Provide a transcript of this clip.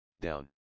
down